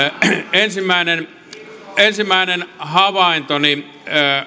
ensimmäinen ensimmäinen havaintoni